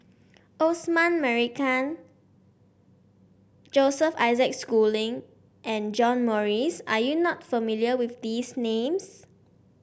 Osman Merican Joseph Isaac Schooling and John Morrice are you not familiar with these names